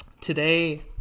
Today